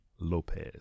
Lopez